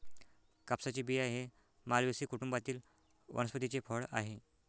कापसाचे बिया हे मालवेसी कुटुंबातील वनस्पतीचे फळ आहे